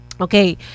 okay